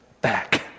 back